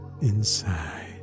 inside